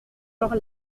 leurs